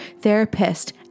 therapist